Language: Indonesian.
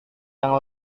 yang